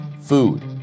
food